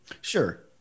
Sure